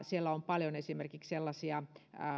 siellä on paljon esimerkiksi sellaisia